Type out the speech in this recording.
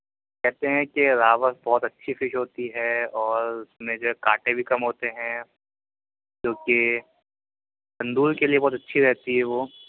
کہتے ہیں کہ راوس بہت اچھی فش ہوتی ہے اور اس میں جو ہے کانٹے بھی کم ہوتے ہیں جو کہ تندور کے لیے بہت اچھی رہتی ہے وہ